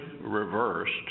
reversed